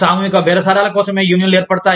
సామూహిక బేరసారాల కోసమే యూనియన్లు ఏర్పడతాయి